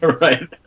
right